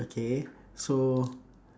okay so